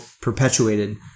perpetuated